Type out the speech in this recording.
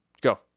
go